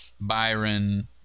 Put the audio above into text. Byron